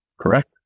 correct